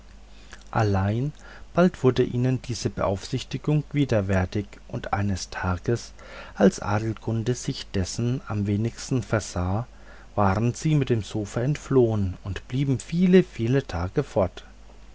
allein bald wurde ihnen diese beaufsichtigung widerwärtig und eines tages als adelgunde sich dessen am wenigsten versah waren sie mit dem sofa entflohen und blieben viele viele tage fort